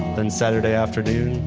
then saturday afternoon,